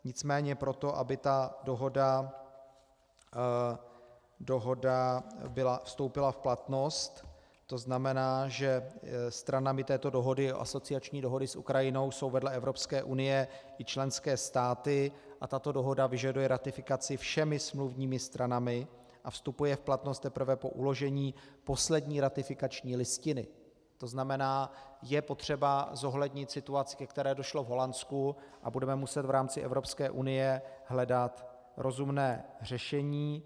Nicméně pro to, aby ta dohoda vstoupila v platnost, tzn. že stranami této dohody, asociační dohody s Ukrajinou, jsou vedle Evropské unie i členské státy, a tato dohoda vyžaduje ratifikaci všemi smluvními stranami a vstupuje v platnost teprve po uložení poslední ratifikační listiny, tzn. je potřeba zohlednit situaci, ke které došlo v Holandsku, a budeme muset v rámci Evropské unie hledat rozumné řešení.